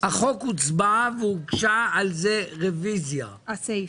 החוק הוצבע והוגשה רוויזיה על הסעיף.